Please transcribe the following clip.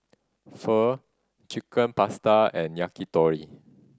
Pho Chicken Pasta and Yakitori